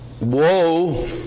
Woe